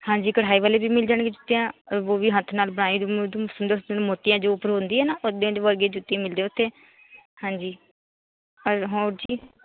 ਹਾਂਜੀ ਕਢਾਈ ਵਾਲੇ ਵੀ ਮਿਲ ਜਾਣਗੇ ਜੀ ਕਿਆ ਵੋ ਵੀ ਹੱਥ ਨਾਲ ਬਣਾਏ ਸੁੰਦਰ ਸੁੰਦਰ ਮੋਤੀਆਂ ਜੋ ਉੱਪਰ ਹੁੰਦੀ ਹੈ ਨਾ ਉਹਦੀ ਦੇ ਵਰਗੀ ਜੁੱਤੀ ਮਿਲਦੀ ਹੈ ਉੱਥੇ ਹਾਂਜੀ ਅਰ ਹੋਰ ਜੀ